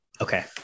Okay